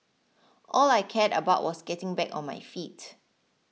all I cared about was getting back on my feet